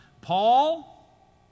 Paul